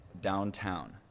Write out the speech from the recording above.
downtown